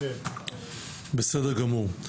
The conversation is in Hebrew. בסדר גמור.